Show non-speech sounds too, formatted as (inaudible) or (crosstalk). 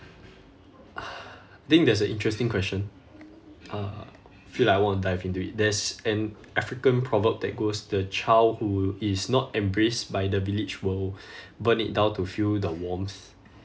(breath) think that's an interesting question uh feel like I want to dive into it there's an african proverb that goes the child who is not embraced by the village will (breath) burn it down to feel the warmth